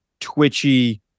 twitchy